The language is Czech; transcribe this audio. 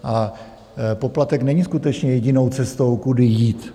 A poplatek není skutečně jedinou cestou, kudy jít.